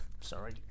Sorry